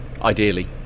Ideally